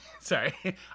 Sorry